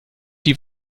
die